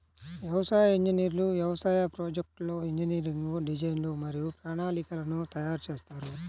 వ్యవసాయ ఇంజనీర్లు వ్యవసాయ ప్రాజెక్ట్లో ఇంజనీరింగ్ డిజైన్లు మరియు ప్రణాళికలను తయారు చేస్తారు